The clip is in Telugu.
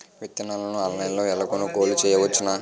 విత్తనాలను ఆన్లైన్లో ఎలా కొనుగోలు చేయవచ్చున?